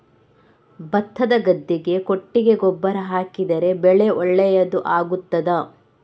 ಭತ್ತದ ಗದ್ದೆಗೆ ಕೊಟ್ಟಿಗೆ ಗೊಬ್ಬರ ಹಾಕಿದರೆ ಬೆಳೆ ಒಳ್ಳೆಯದು ಆಗುತ್ತದಾ?